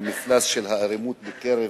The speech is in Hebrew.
מפלס האלימות בקרב